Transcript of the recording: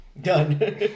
Done